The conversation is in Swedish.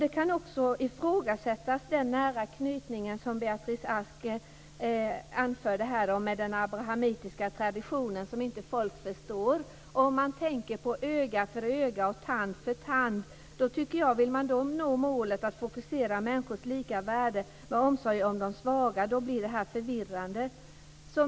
Man kan också ifrågasätta den nära knytning med den abrahamitiska traditionen - som Beatrice Ask anförde - som folk inte förstår. Om man tänker på öga för öga tand för tand och vill nå målet att fokusera människors lika värde med omsorg om de svaga blir det förvirrande.